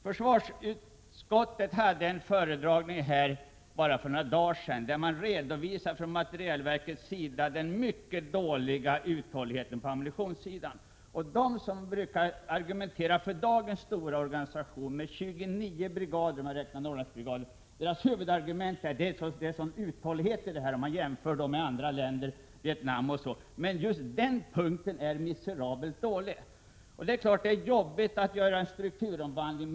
Försvarsutskottet hade en föredragning för bara några dagar sedan, då materielverket redovisade den mycket dåliga uthålligheten på ammunitionssidan. De som argumenterar för dagens stora organisation med 29 brigader brukar ha som huvudargument att den gav stor uthållighet, och man jämför med andra länder som t.ex. Vietnam. Uthålligheten med dagens lösning är mycket dålig. Det är klart att det är jobbigt att göra en strukturomvandling.